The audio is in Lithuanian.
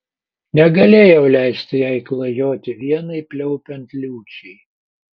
negalėjau leisti jai klajoti vienai pliaupiant liūčiai